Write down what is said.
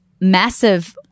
massive –